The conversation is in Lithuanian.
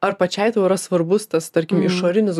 ar pačiai tau yra svarbus tas tarkim išorinis